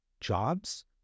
jobs